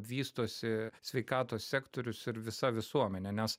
vystosi sveikatos sektorius ir visa visuomenė nes